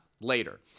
later